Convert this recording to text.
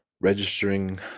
registering